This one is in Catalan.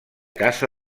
casa